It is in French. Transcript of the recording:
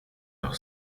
leur